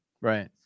Right